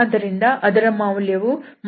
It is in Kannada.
ಆದ್ದರಿಂದ ಅದರ ಮೌಲ್ಯ 2×π×32 18π